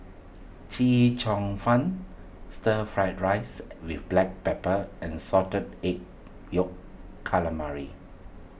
Chee Cheong Fun Stir Fried Rice with Black Pepper and Salted Egg Yolk Calamari